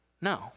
No